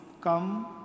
come